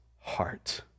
heart